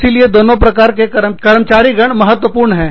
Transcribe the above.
इसीलिए दोनों प्रकार के कर्मचारीगण महत्वपूर्ण है